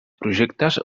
projectes